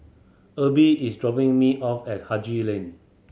Erby is dropping me off at Haji Lane